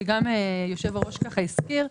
שגם יושב-הראש הזכיר,